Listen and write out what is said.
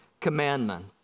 commandment